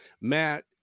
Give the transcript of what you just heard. matt